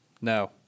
No